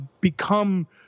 become